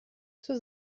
zur